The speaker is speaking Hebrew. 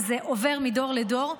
וזה עובר מדור לדור,